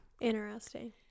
Interesting